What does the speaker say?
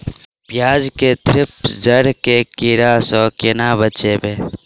प्याज मे थ्रिप्स जड़ केँ कीड़ा सँ केना बचेबै?